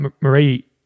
Marie